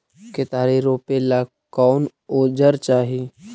केतारी रोपेला कौन औजर चाही?